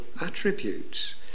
attributes